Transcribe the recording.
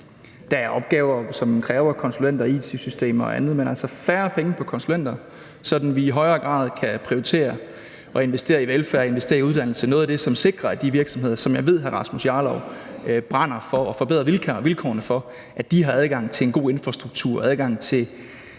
Der er opgaver, som kræver konsulenter, it-systemer og andet, men vi vil altså bruge færre penge på konsulenter, sådan at vi i højere grad kan prioritere og investere i velfærd og uddannelse – noget af det, som sikrer, at de virksomheder, som jeg ved hr. Rasmus Jarlov brænder for at forbedre vilkårene for, har adgang til en god infrastruktur, til